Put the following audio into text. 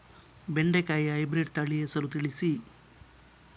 ಬೆಂಡೆಕಾಯಿಯ ಹೈಬ್ರಿಡ್ ತಳಿ ಹೆಸರು ತಿಳಿಸಿ?